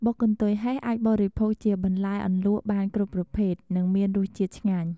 បុកកន្ទុយហេះអាចបរិភោគជាបន្លែអន្លក់បានគ្រប់ប្រភេទ និងមានរសជាតិឆ្ងាញ់